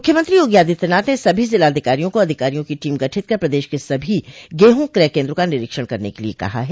मुख्यमंत्री योगी आदित्यनाथ ने सभी जिलाधिकारियों को अधिकारियों की टीम गठित कर प्रदेश के सभी गेहूं क्रय केन्द्रों का निरीक्षण करने के लिए कहा है